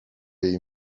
jej